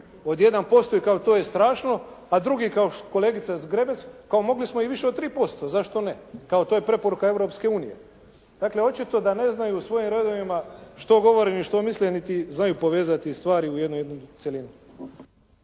od 1% i kao to je strašno, a drugi kao kolegica Zgrebec kao mogli smo i više od 3%. Zašto ne? Kao to je preporuka Europske unije. Dakle očito da ne znaju u svojim redovima što govore ni što misle niti znaju povezati stvari u jednu jedinu cjelinu.